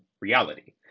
reality